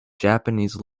japanese